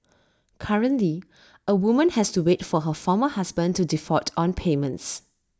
currently A woman has to wait for her former husband to default on payments